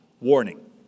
warning